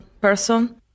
person